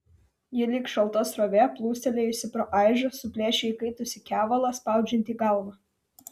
ji lyg šalta srovė plūstelėjusi pro aižą suplėšė įkaitusį kevalą spaudžiantį galvą